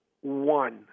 one